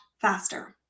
faster